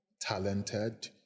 talented